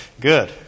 Good